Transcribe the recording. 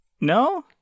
No